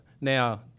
Now